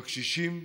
בקשישים,